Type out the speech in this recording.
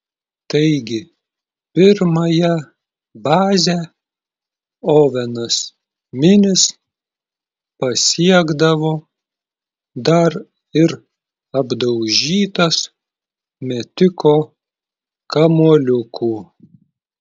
taigi pirmąją bazę ovenas minis pasiekdavo dar ir apdaužytas metiko kamuoliukų